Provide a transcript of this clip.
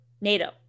NATO